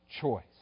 choice